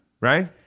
Right